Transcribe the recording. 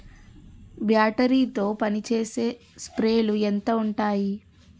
Battery తో పనిచేసే స్ప్రేలు ఎంత ఉంటాయి?